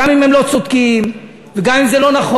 גם אם הם לא צודקים, וגם אם זה לא נכון,